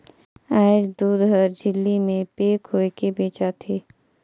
आयज दूद हर झिल्ली में पेक होयके बेचा थे